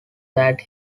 that